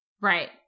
Right